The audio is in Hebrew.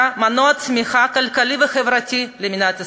מנוע צמיחה כלכלי וחברתי למדינת ישראל.